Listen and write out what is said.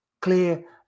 clear